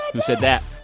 who said that?